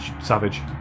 Savage